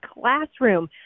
classroom